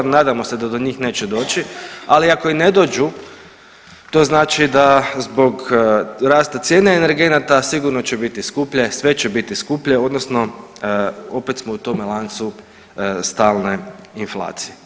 Nadamo se da do njih neće doći, ali i ne dođu to znači da zbog rasta cijene energenata sigurno će biti skuplje, sve će biti skuplje odnosno opet smo u tome lancu stalne inflacije.